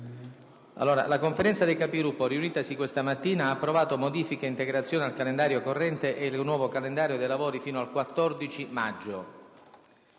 La Conferenza dei Capigruppo, riunitasi questa mattina, ha approvato modifiche ed integrazioni al calendario corrente ed il nuovo calendario dei lavori fino al 14 maggio.